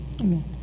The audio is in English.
Amen